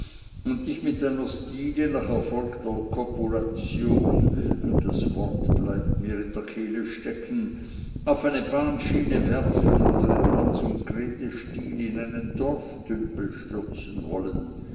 und dich mit deiner stine nach erfolgter kopulation das wort bleibt mir in der kehle stecken auf eine bahnschiene werfen oder im hans und grete stil in einen dorftümpel stürzen wollen